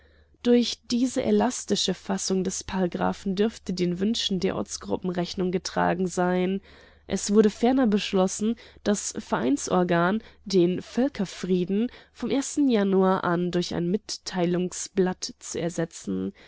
durch diese elastische fassung des paragraphen dürfte den wünschen der ortsgruppen rechnung getragen sein es wurde ferner beschlossen das vereinsorgan den völkerfrieden vom januar an durch ein mitteilungsblatt zu ersetzen